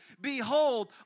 Behold